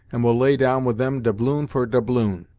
and will lay down with them doubloon for doubloon.